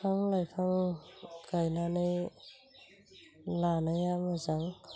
बिफां लाइफां गायनानै लानाया मोजां